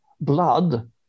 blood